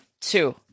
two